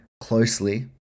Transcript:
closely